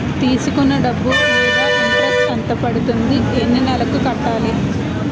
తీసుకున్న డబ్బు మీద ఇంట్రెస్ట్ ఎంత పడుతుంది? ఎన్ని నెలలో కట్టాలి?